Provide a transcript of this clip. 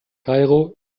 kairo